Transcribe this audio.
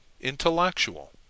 intellectual